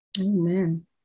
Amen